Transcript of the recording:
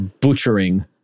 butchering